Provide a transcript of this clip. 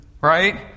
Right